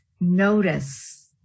notice